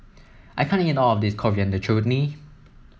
I can't eat all of this Coriander Chutney